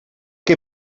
que